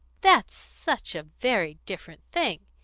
that's such a very different thing.